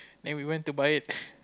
and we went to buy it